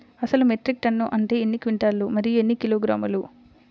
అసలు metric ton అంటే ఎన్ని క్వింటాలు మరియు ఎన్ని కిలోగ్రాములు?